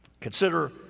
Consider